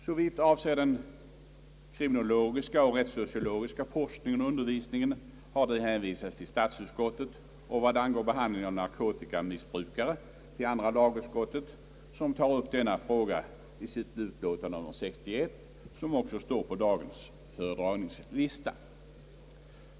Såvitt avser den kriminologiska och rättssociologiska forskningen och undervisningen har de hänvisats till statsutskottet och vad angår behandlingen av narkotikamissbrukare till andra lagutskottet som tar upp denna fråga i sitt utlåtande nr 61, vilket också står på dagens föredragningslista.